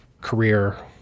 career